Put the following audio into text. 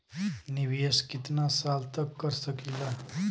निवेश कितना साल तक कर सकीला?